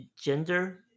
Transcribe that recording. gender